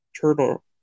turtle